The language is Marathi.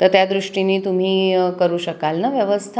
तर त्यादृष्टीने तुम्ही करू शकाल ना व्यवस्था